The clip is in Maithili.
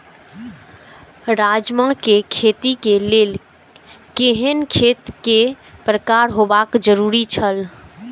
राजमा के खेती के लेल केहेन खेत केय प्रकार होबाक जरुरी छल?